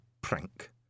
prank